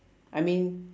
I mean